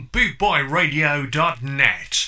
BootboyRadio.net